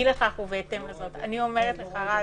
אי לכך ובהתאם לזאת, אני אומרת לך רז,